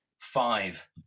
five